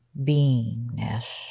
beingness